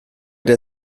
der